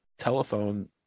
telephone